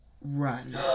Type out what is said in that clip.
run